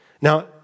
Now